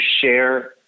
share